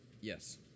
Yes